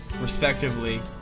respectively